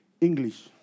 English